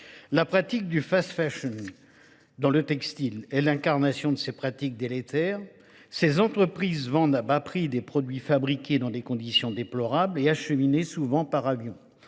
La pratique du fast fashion dans le textile est l'incarnation de ces pratiques délétères. Ces entreprises vendent à bas prix des produits fabriqués dans des conditions déplorables et acheminés souvent par avion.